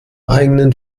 eigenen